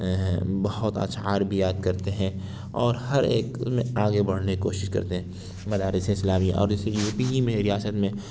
بہت اشعار بھی یاد کرتے ہیں اور ہر ایک میں آگے بڑھنے کی کوشش کرتے ہیں مدارس اسلامیہ اور اسی یو پی ہی میں ریاست میں